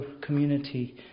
community